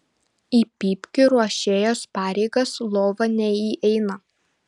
į pypkių ruošėjos pareigas lova neįeina